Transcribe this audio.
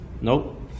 Nope